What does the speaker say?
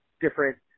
different